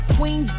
Queen